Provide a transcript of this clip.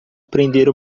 prender